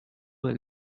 del